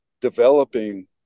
developing